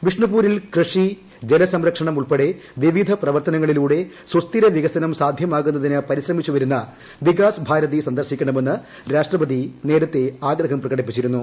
ബിഷ്ണുപൂരിൽ കൃഷി ജലസംരക്ഷണം ഉൾപ്പെടെ വിവിധ പ്രവർത്തനങ്ങളിലൂടെ സുസ്ഥിര വികസനം സാധ്യമാകുന്നതിന് പരിശ്രമിച്ചുവരുന്ന വികാസ് ഭാരതി സന്ദർശിക്കണമെന്ന് രാഷ്ട്രപതി നേരത്തെ ആഗ്രഹം പ്രകടിപ്പിച്ചിരുന്നു